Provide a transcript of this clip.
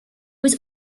was